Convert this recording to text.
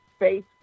Facebook